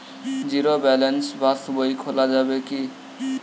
Zero balance pass বই খোলা যাবে কি?